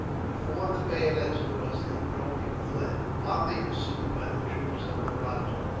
before the bayonets crossed they broke and fled, hotly pursued by the troops of the rajah.